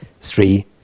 three